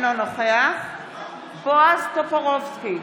אינו נוכח בועז טופורובסקי,